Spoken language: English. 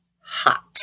hot